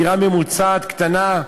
דירה ממוצעת קטנה,